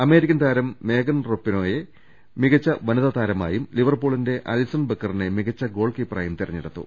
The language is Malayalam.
അമേരിക്കൻ താരം മേഗൻ റെപ്പിനോ യെ മികച്ച വനിതാ താരമായും ലിവർപൂ ളിന്റെ അലിസൺ ബക്കറിനെ മികച്ച ഗോൾക്കീപ്പറായും തെരഞ്ഞെ ടുത്തു